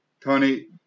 Tony